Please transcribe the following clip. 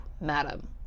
madam